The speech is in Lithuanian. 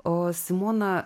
o simona